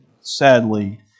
sadly